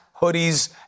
hoodies